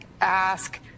ask